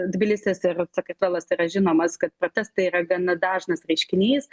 tbilisis ir sakartvelas yra žinomas kad protestai yra gana dažnas reiškinys